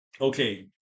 Okay